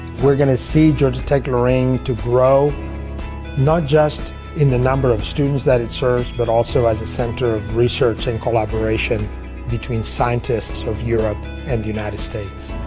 we're gonna see georgia tech lorraine to grow not just in the number of students that it serves, but also as a center of research and collaboration between scientists of europe and the united states.